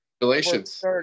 Congratulations